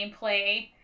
gameplay